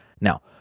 Now